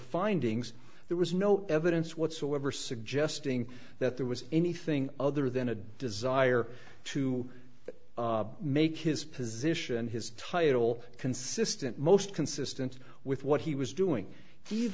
findings there was no evidence whatsoever suggesting that there was anything other than a desire to make his position his title distant most consistent with what he was doing